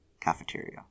cafeteria